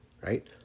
right